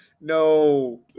no